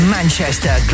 Manchester